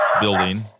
building